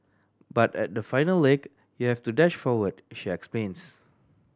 but at the final leg you have to dash forward she explains